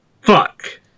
Fuck